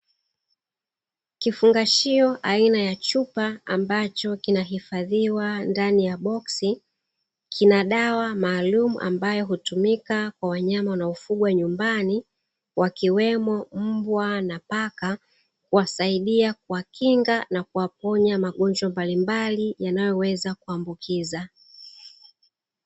Kifungashio aina ya chupa ambacho kinahifadhiwa ndani ya boksi kinadawa maalumu, ambayo hutumika kwa wanyama na ufugwa nyumbani, wakiwemo mbwa na paka wasaidia kuwakinga na kuwaponya magonjwa mbalimbali yanayoweza kuambukiza.